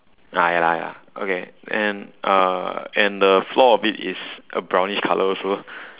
ah ya lah ya lah okay and uh and the floor a bit is a brownish color also